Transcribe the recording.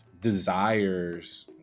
desires